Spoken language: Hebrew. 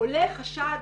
עולה חשד